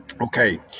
Okay